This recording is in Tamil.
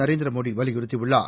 நரேந்திர மோடி வலியறுத்தியுள்ளார்